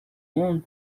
monde